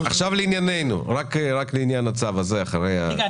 לענייננו --- רגע,